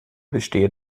bestehe